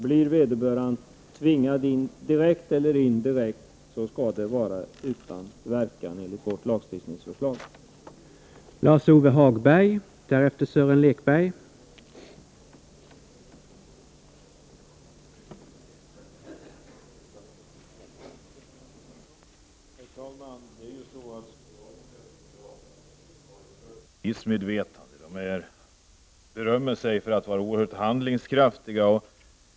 Blir vederbörande, direkt eller indirekt, tvingad in i ett parti, skall detta enligt vårt lagstiftningsförslag inte ha någon verkan.